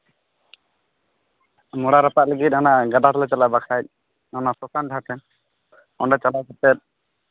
ᱢᱚᱲᱟ ᱨᱟᱯᱟᱜ ᱞᱟᱹᱜᱤᱫ ᱦᱟᱱᱟ ᱜᱟᱰᱟ ᱨᱮᱞᱮ ᱪᱟᱞᱟᱜᱼᱟ ᱵᱟᱠᱷᱟᱡ ᱚᱱᱟ ᱥᱚᱥᱟᱱ ᱜᱷᱟᱴ ᱴᱷᱮᱱ ᱚᱸᱰᱮ ᱛᱟᱞᱟᱣ ᱠᱟᱛᱮᱫ